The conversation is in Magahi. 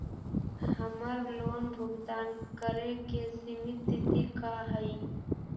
हमर लोन भुगतान करे के सिमित तिथि का हई?